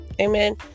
Amen